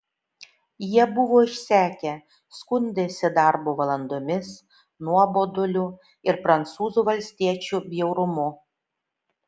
jie buvo išsekę skundėsi darbo valandomis nuoboduliu ir prancūzų valstiečių bjaurumu